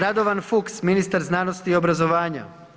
Radovan Fuchs, ministar znanosti i obrazovanja.